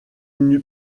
n’eut